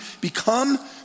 become